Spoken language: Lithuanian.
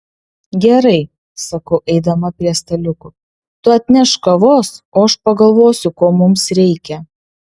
gerai sakau eidama prie staliukų tu atnešk kavos o aš pagalvosiu ko mums reikia